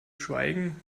schweigen